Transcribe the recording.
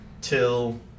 till